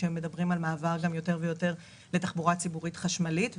כשמדברים על מעבר לתחבורה ציבורית חשמלית,